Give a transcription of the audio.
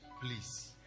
please